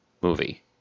movie